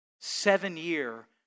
seven-year